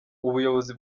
ubuyobozi